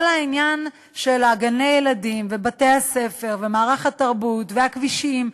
כל העניין של גני-הילדים ובתי-הספר ומערך התרבות והכבישים,